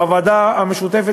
הוועדה המשותפת,